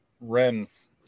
Rims